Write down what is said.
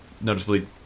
noticeably